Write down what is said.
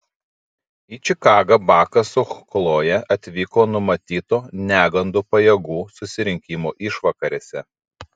į čikagą bakas su chloje atvyko numatyto negandų pajėgų susirinkimo išvakarėse